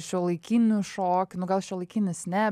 šiuolaikinių šokių nu gal šiuolaikinis ne